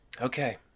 okay